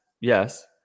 yes